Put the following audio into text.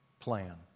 plan